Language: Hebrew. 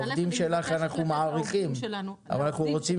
את העובדים שלך אנחנו מעריכים אבל אנחנו רוצים